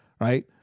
Right